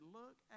look